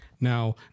Now